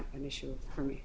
an issue for me